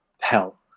hell